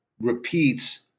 repeats